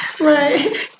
Right